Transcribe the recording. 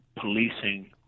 policing